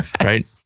Right